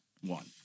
One